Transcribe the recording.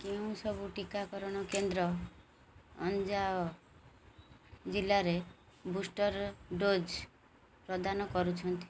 କେଉଁ ସବୁ ଟିକାକରଣ କେନ୍ଦ୍ର ଅଞ୍ଜାଅ ଜିଲ୍ଲାରେ ବୁଷ୍ଟର୍ ଡୋଜ୍ ପ୍ରଦାନ କରୁଛନ୍ତି